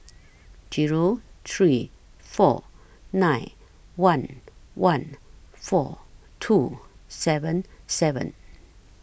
Zero three four nine one one four two seven seven